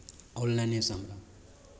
ऑनलाइनेसँ हमरा